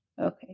Okay